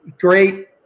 great